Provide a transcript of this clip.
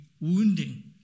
wounding